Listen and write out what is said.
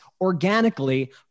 organically